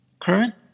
Current